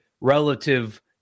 relative